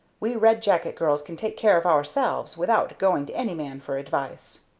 we red jacket girls can take care of ourselves without going to any man for advice.